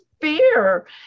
fear